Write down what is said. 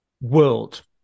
world